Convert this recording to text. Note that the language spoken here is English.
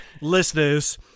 listeners